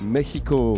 Mexico